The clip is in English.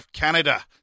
Canada